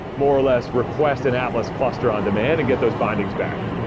more or less request an atlas cluster on-demand and get those bindings back.